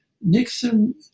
Nixon